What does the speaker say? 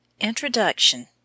INTRODUCTION